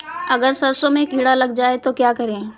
अगर सरसों में कीड़ा लग जाए तो क्या करें?